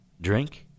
Drink